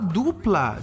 dupla